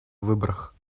выборах